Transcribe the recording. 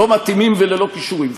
לא מתאימים וללא כישורים,